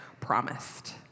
promised